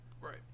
right